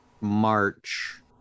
March